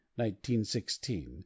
1916